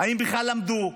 אם בכלל למדו.